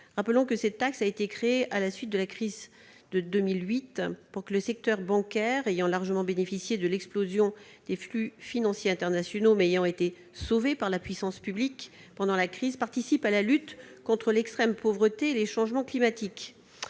transactions financières a été créée après la survenue de la crise de 2008 pour que le secteur bancaire, ayant largement bénéficié de l'explosion des flux financiers internationaux, mais ayant été sauvé par la puissance publique pendant la crise, participe à la lutte contre l'extrême pauvreté et les changements climatiques.